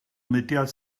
mudiad